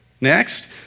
Next